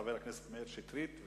חבר הכנסת מאיר שטרית,